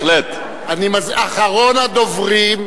אחרון הדוברים,